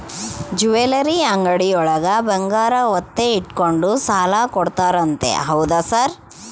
Jewellery ಅಂಗಡಿಯೊಳಗ ಬಂಗಾರ ಒತ್ತೆ ಇಟ್ಕೊಂಡು ಸಾಲ ಕೊಡ್ತಾರಂತೆ ಹೌದಾ ಸರ್?